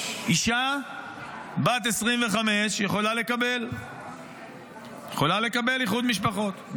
אישה בת 25 יכולה לקבל איחוד משפחות,